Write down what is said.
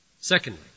Secondly